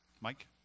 Mike